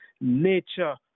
nature